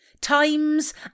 times